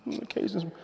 occasions